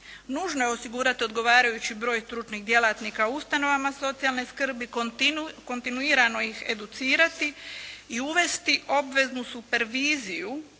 Nužno je osigurati odgovarajući broj stručnih djelatnika u ustanovama socijalne skrbi, kontinuirano ih educirati i uvesti obveznu superviziju,